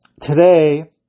Today